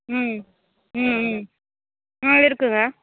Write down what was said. ம் ம் ஆ இருக்குதுங்க